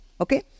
Okay